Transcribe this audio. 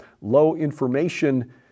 low-information